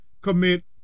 commit